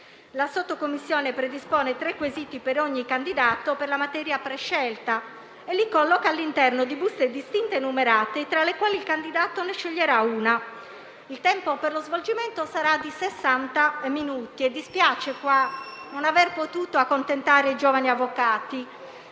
La sottocommissione predispone tre quesiti per ogni candidato per la materia prescelta e li colloca all'interno di buste distinte e numerate, tra le quali il candidato ne sceglierà una. Il tempo per lo svolgimento sarà di sessanta minuti. Dispiace non aver potuto accontentare i giovani avvocati